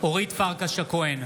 אורית פרקש הכהן,